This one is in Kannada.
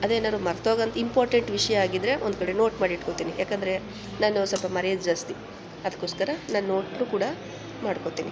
ಅದೇನಾದ್ರು ಮರ್ತೋಗುವಂಥ ಇಂಪಾರ್ಟೆಂಟ್ ವಿಷಯ ಆಗಿದ್ದರೆ ಒಂದು ಕಡೆ ನೋಟ್ ಮಾಡಿ ಇಟ್ಕೊಳ್ತೀನಿ ಯಾಕೆಂದ್ರೆ ನಾನು ಸ್ವಲ್ಪ ಮರ್ಯೋದು ಜಾಸ್ತಿ ಅದಕ್ಕೋಸ್ಕರ ನಾನು ನೋಟ್ನೂ ಕೂಡ ಮಾಡಿಕೊಳ್ತೀನಿ